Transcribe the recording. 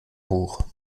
hoch